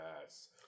Yes